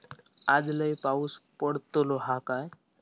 आज लय पाऊस पडतलो हा काय?